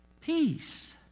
Peace